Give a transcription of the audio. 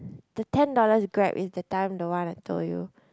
the ten dollars Grab is that time the one I told you